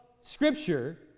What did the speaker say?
Scripture